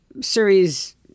series